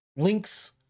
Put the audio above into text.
Links